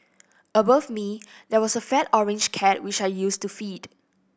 above me there was a fat orange cat which I used to feed